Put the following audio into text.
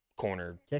corner